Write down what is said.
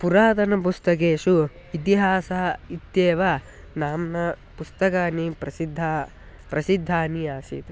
पुरातनपुस्तकेषु इतिहासः इत्येव नाम्ना पुस्तकानि प्रसिद्धाः प्रसिद्धानि आसीत्